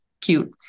cute